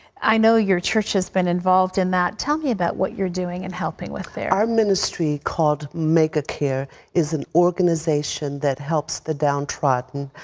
i know your church has been involved in that. tell me about what you're doing and helping with there. our ministry called megacare is an organization that helps the downtrodden.